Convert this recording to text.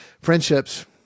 Friendships